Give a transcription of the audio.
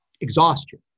exhaustion